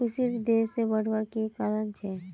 कुशी देर से बढ़वार की कारण छे?